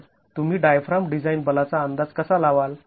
तर तुम्ही diaphragm design बलाचा अंदाज कसा लावल